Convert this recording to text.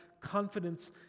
confidence